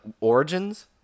origins